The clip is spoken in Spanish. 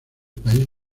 país